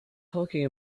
talking